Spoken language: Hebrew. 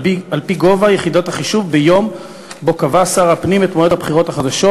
על-פי גובה יחידת החישוב ביום שבו קבע שר הפנים את מועד הבחירות החדשות.